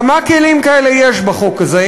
כמה כלים כאלה יש בחוק הזה,